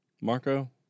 Marco